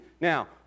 Now